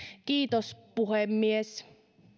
kiitos puhemies